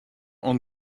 oan